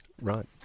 Right